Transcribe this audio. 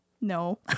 No